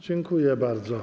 Dziękuję bardzo.